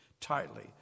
tightly